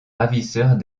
ravisseurs